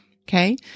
Okay